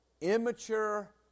immature